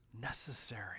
necessary